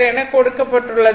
இங்குஎன கொடுக்கப்பட்டுள்ளது